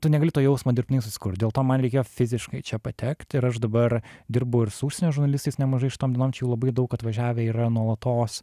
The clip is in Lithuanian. tu negali to jausmo dirbtinai susikurt dėl to man reikėjo fiziškai čia patekt ir aš dabar dirbu ir su užsienio žurnalistais nemažai šitom dienom čia jų labai daug atvažiavę yra nuolatos